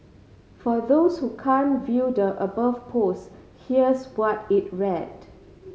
for those who can't view the above post here's what it read